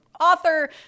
author